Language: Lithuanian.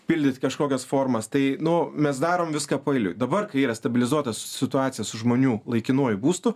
pildyti kažkokias formas tai nu mes darom viską paeiliui dabar yra stabilizuota situacija su žmonių laikinuoju būstu